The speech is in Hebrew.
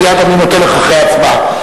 מייד אני נותן לך, אחרי ההצבעה.